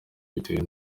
bitewe